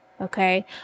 okay